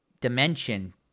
dimension